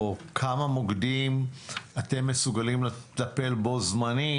או כמה מוקדים אתם מסוגלים לטפל בו זמנית?